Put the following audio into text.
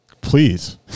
Please